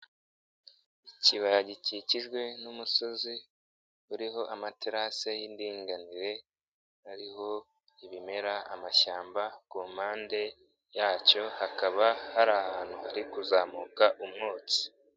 Ikibaya gikikijwe n'umusozi uriho amaterase y'indinganire ariho ibimera, amashyamba, ku mpande yacyo hakaba hari ahantu hari kuzamuka umwotsi.